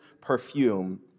perfume